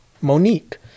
Monique